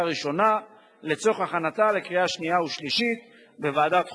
ראשונה לצורך הכנתה לקריאה שנייה ושלישית בוועדת חוקה,